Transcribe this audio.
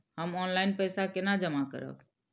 हम ऑनलाइन पैसा केना जमा करब?